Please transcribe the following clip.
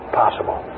possible